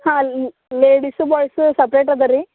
ಹಾಂ ladies boys separate ಅದ ರೀ